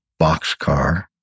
boxcar